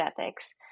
ethics